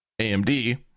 AMD